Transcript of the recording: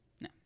no